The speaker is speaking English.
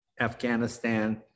Afghanistan